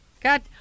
God